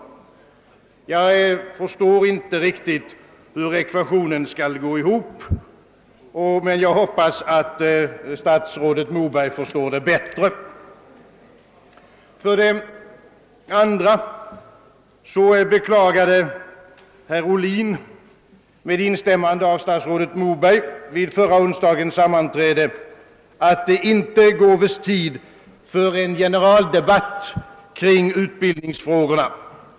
Jag förstår inte riktigt hur ekvationen skall gå ihop, men jag hoppas att statsrådet Moberg förstår detta bättre. För det andra beklagade herr Ohlin med instämmande av statsrådet Moberg vid förra onsdagens sammanträde att det inte kan ges tid för en generaldebatt kring utbildningsfrågorna.